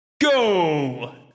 Go